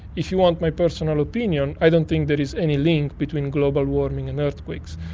if you want my personal opinion, i don't think there is any link between global warming and earthquakes.